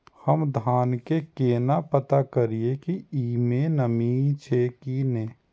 हम धान के केना पता करिए की ई में नमी छे की ने?